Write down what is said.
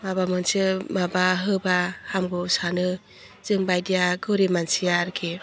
माबा मोनसे माबा होबा हामगौ सानो जोंबायदिया गोरिब मानसिया आरखि